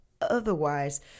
otherwise